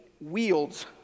wields